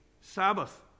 Sabbath